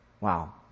Wow